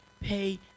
pay